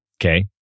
Okay